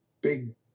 big